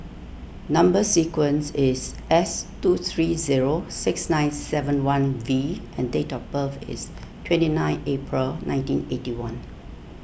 Number Sequence is S two three zero six nine seven one V and date of birth is twenty nine April nineteen eighty one